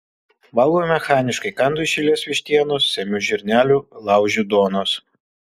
valgau mechaniškai kandu iš eilės vištienos semiu žirnelių laužiu duonos